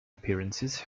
appearances